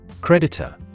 Creditor